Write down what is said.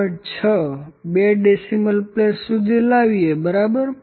6 છે બે decimal place સુધી લાવીએ બરાબર